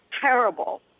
terrible